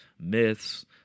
myths